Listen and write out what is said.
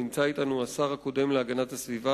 נמצא אתנו השר הקודם להגנת הסביבה,